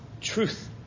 Truth